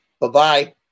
Bye-bye